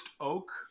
Oak